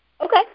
Okay